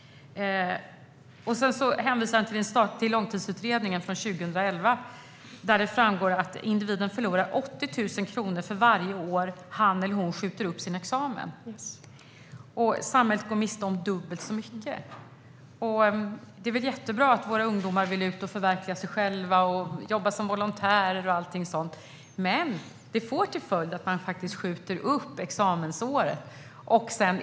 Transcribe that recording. Han hänvisar också till Långtidsutredningen från 2011. Där framgår det att individen förlorar 80 000 kronor för varje år han eller hon skjuter upp sin examen, och samhället går miste om dubbelt så mycket. Det är väl jättebra att våra ungdomar vill ut och förverkliga sig själva, jobba som volontärer och så vidare. Men det får till följd att de skjuter upp examensåret.